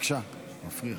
זה מפריע.